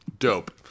Dope